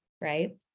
right